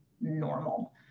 normal